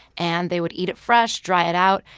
and they would eat it fresh, dry it out,